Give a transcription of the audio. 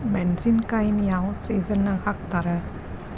ಮೆಣಸಿನಕಾಯಿನ ಯಾವ ಸೇಸನ್ ನಾಗ್ ಹಾಕ್ತಾರ?